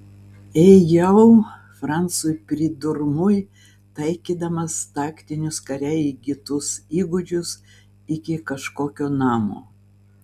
ėjau francui pridurmui taikydamas taktinius kare įgytus įgūdžius iki kažkokio namo